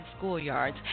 schoolyards